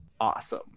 awesome